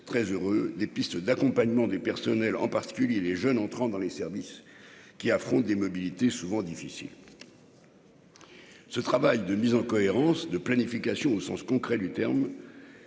très heureux des pistes d'accompagnement des personnels, en particulier des jeunes entrant dans les services, qui affronte des mobilités souvent difficile. Ce travail de mise en cohérence de planification au sens concret du terme